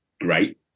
Great